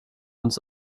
uns